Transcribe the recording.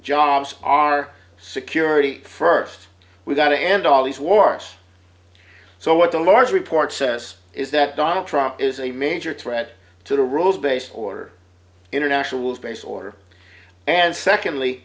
jobs our security first we've got to end all these wars so what the large report says is that donald trump is a major threat to the rules based order international rules based order and secondly